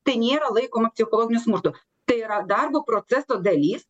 tai nėra laikoma psichologiniu smurtu tai yra darbo proceso dalis